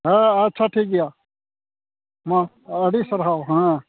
ᱦᱮᱸ ᱟᱪᱷᱟ ᱴᱷᱤᱠ ᱜᱮᱭᱟ ᱢᱟ ᱟᱹᱰᱤ ᱥᱟᱨᱦᱟᱣ ᱦᱮᱸ